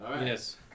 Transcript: Yes